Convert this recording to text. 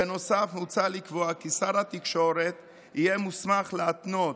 בנוסף מוצע לקבוע כי שר התקשורת יהיה מוסמך להתנות